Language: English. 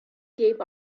gave